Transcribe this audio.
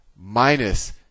minus